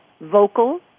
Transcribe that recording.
vocal